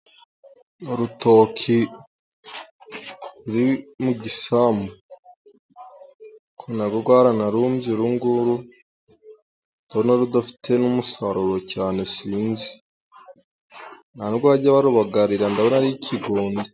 Urutoki ruri mu gisambu. Ariko na rwo rwaranarumbye uru nguru, Ndabona rudafite n'umusaruro cyane sinzi, nta n'ubwo bajya barubagarira, ndabona ari ikigunda.